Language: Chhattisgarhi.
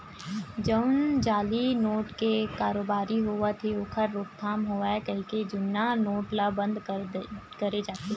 जउन जाली नोट के कारोबारी होवत हे ओखर रोकथाम होवय कहिके जुन्ना नोट ल बंद करे जाथे